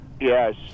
yes